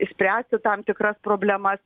išspręsti tam tikras problemas